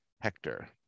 Hector